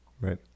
right